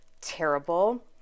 terrible